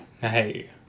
Hey